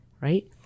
right